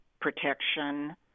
protection